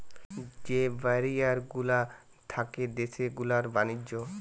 যে ব্যারিয়ার গুলা থাকে দেশ গুলার ব্যাণিজ্য